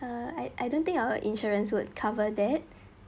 ah I I don't think our insurance would cover that